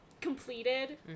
completed